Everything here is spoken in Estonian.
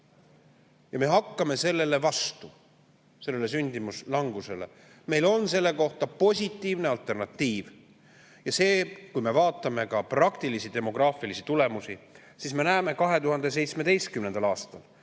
Me hakkame sellele vastu, sellele sündimuse langusele. Meil on sellele positiivne alternatiiv. Ja kui me vaatame ka praktilisi demograafilisi tulemusi, siis me näeme, et 2017. aastal